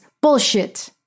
Bullshit